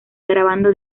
grabando